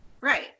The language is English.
right